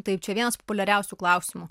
taip čia vienas populiariausių klausimų